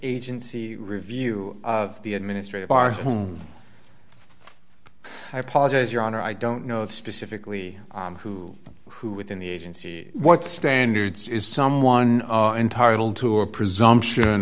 agency review of the administrative are i apologize your honor i don't know specifically who who within the agency what standards is someone entitled to a presumption